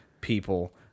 people